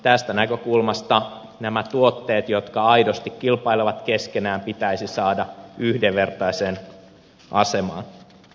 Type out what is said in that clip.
tästä näkökulmasta nämä tuotteet jotka aidosti kilpailevat keskenään pitäisi saada yhdenvertaiseen asemaan